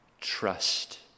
trust